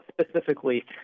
specifically